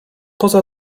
poza